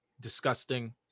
disgusting